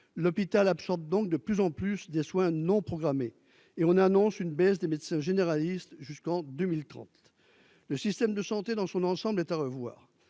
l'hôpital absorbe donc de plus en plus des soins non programmés et on annonce une baisse des médecins généralistes jusqu'en 2030, le système de santé dans son ensemble est à revoir,